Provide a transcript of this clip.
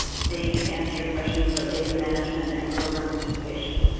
they can answer your questions about data management and program participation.